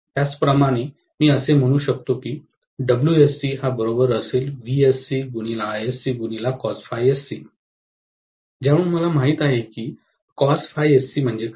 त्याचप्रमाणे मी असे म्हणू शकतो की ज्यावरून मला माहित आहे की म्हणजे काय